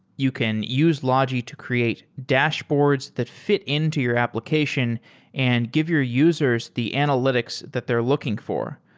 you can use logi to create dashboards that fit into your application and give your users the analytics that they're looking for.